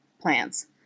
plants